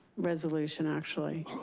resolution actually,